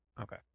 Okay